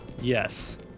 Yes